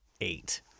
eight